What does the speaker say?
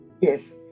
Yes